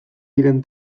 diren